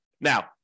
Now